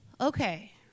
Okay